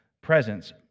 presence